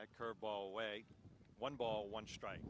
that curve ball way one ball one strike